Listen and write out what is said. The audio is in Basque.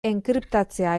enkriptatzea